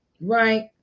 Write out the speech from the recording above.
right